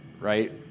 right